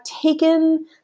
taken